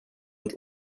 und